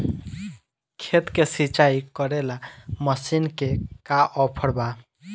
खेत के सिंचाई करेला मशीन के का ऑफर बा?